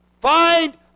Find